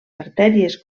artèries